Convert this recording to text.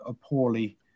poorly